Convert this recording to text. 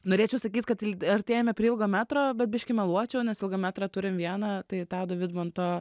norėčiau sakyt kad artėjame prie ilgo metro bet biškį meluočiau nes ilgą metrą turim vieną tai tado vidmanto